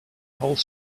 whole